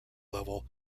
level